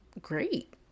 great